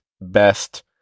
best